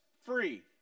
free